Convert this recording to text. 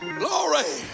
glory